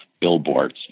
billboards